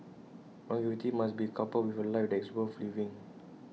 longevity must be coupled with A life that is worth living